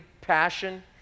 passion